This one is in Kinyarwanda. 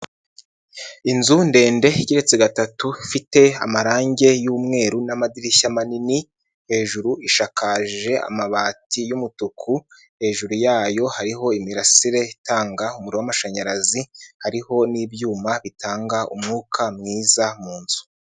Inzu ndende igeretse gatatu ifite amarange y'umweru n'amadirishya manini, hejuru ishakakaje amabati y'umutuku, hejuru yayo hariho imirasire itanga umuriro w'amashanyarazi hariho n'ibyuma bitanga umwuka mwiza mu nzu.